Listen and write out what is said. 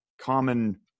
common